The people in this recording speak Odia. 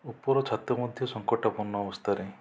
ଉପର ଛାତ ମଧ୍ୟ ଶଙ୍କଟପୂର୍ଣ୍ଣ ଅବସ୍ଥାରେ